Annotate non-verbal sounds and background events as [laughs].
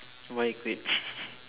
why you quit [laughs]